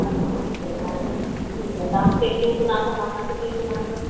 अच्छा अच्छा वैशाली ठीकु आहे तव्हां मूंखे कीअं सुञाणंदा मां तव्हांखे कीअं सुञाणंदसि